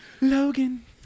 Logan